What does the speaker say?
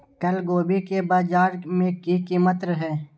कल गोभी के बाजार में की कीमत रहे?